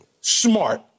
smart